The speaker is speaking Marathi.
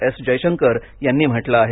एस जयशंकर यांनी म्हटलं आहे